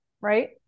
right